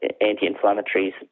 anti-inflammatories